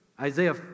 Isaiah